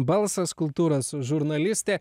balsas kultūros žurnalistė